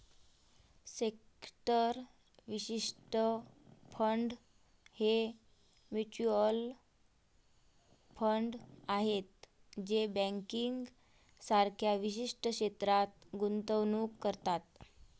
sector विशिष्ट fund हे mutual fund आहेत जे बँकिंग सारख्या विशिष्ट क्षेत्रात गुंतवणूक करतात